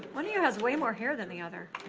one of you has way more hair than the other.